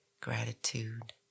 gratitude